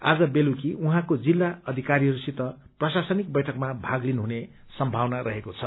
आज बेलुकी उहाँको जिल्ला अधिकारीहरूसित प्रशासनिक बैठकमा भाग लिनुहुने सम्भावना रहेको छ